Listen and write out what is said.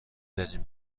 بدین